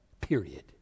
period